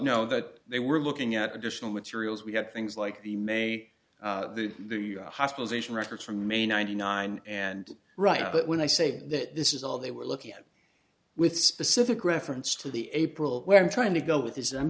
know that they were looking at additional materials we had things like the may hospitalization records from may ninety nine and right but when i say that this is all they were looking at with specific reference to the april where i'm trying to go with is i'm